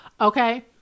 okay